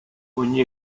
ogni